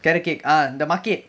carrot cake ah the market